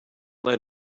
let